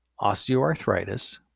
osteoarthritis